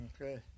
Okay